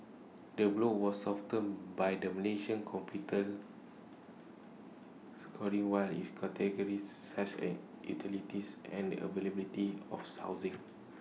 the blow was softened by the Malaysian capital scoring why is categories such A utilities and the availability of housing